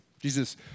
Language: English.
Jesus